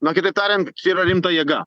na kitaip tariant tai yra rimta jėga